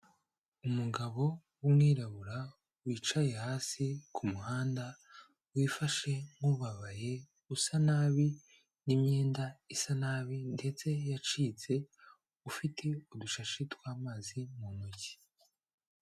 Umugabo w'umwirabura wicaye hasi ku muhanda, wifashe nk'ubabaye, usa nabi n'imyenda isa nabi ndetse yacitse, ufite udushashi tw'amazi mu ntoki.